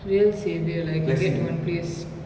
real saviour like can get to one place